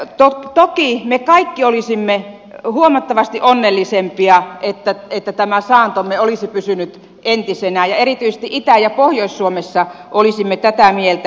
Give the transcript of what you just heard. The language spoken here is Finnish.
toki me kaikki olisimme huomattavasti onnellisempia että tämä saantomme olisi pysynyt entisenä ja erityisesti itä ja pohjois suomessa olisimme tätä mieltä